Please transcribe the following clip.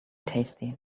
tasty